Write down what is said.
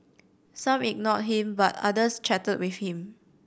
some ignored him but others chatted with him